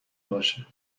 باشه